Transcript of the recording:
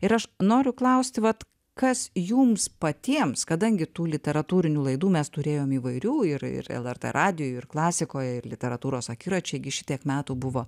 ir aš noriu klausti vat kas jums patiems kadangi tų literatūrinių laidų mes turėjom įvairių ir ir lrt radijuj ir klasikoje ir literatūros akiračiai gi šitiek metų buvo